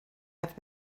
have